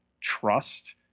trust